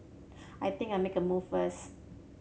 I think I make move first